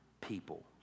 people